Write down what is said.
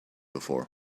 before